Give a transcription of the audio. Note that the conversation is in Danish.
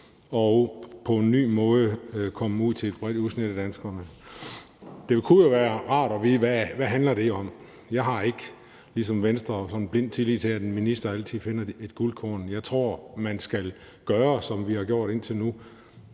og på en ny måde komme ud til et bredt udsnit af danskerne. Det kunne jo være rart at vide: Hvad handler det om? Jeg har ikke ligesom Venstre sådan en blind tillid til, at en minister altid finder et guldkorn. Jeg tror, man skal gøre, som vi har gjort indtil nu: